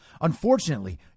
Unfortunately